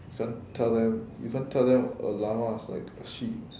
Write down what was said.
can't tell them you can't tell them a llama is like a sheep